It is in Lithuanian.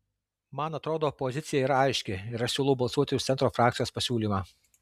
man atrodo pozicija yra aiški ir aš siūlau balsuoti už centro frakcijos pasiūlymą